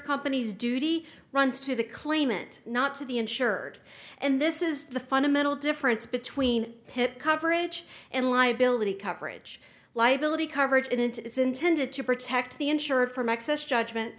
companies duty runs to the claimant not to the insured and this is the fundamental difference between pip coverage and liability coverage liability coverage and it is intended to protect the insured from excess judgment